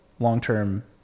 long-term